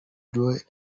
doe